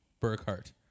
Burkhart